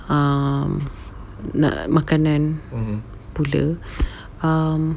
um nak makanan pula um